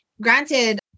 granted